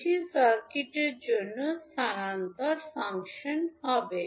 এটি সার্কিটের জন্য স্থানান্তর ফাংশন হবে